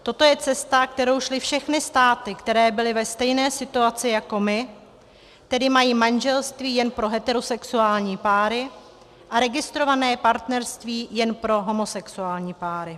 Toto je cesta, kterou šly všechny státy, které byly ve stejné situaci jako my, tedy mají manželství jen pro heterosexuální páry a registrované partnerství jen pro homosexuální páry.